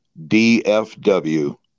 DFW